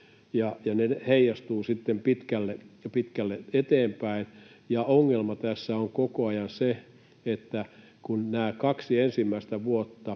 Ne heijastuvat sitten pitkälle eteenpäin. Ongelma tässä on koko ajan se, että nämä kaksi ensimmäistä vuotta,